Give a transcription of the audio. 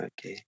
Okay